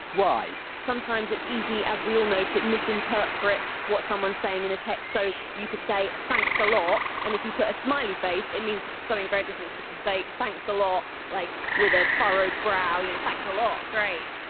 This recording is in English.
it's easy as we all know to misinterpret what someone's saying in a text, so you could say thanks a lot and if you put a smiley face it means something very different to if you say thanks a lot like with a furrowed brow, you know, thanks a lot, great!